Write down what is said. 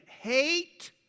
Hate